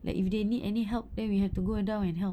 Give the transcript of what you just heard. like if they need any help then we have to go and down and help